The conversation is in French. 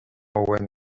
owen